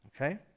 okay